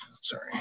Sorry